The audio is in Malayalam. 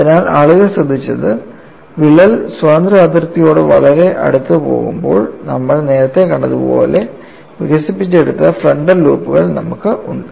അതിനാൽ ആളുകൾ ശ്രദ്ധിച്ചത് വിള്ളൽ സ്വതന്ത്ര അതിർത്തിയോട് വളരെ അടുത്ത് പോകുമ്പോൾ നമ്മൾ നേരത്തെ കണ്ടതുപോലെ വികസിപ്പിച്ചെടുത്ത ഫ്രണ്ടൽ ലൂപ്പുകൾ നമുക്കുണ്ട്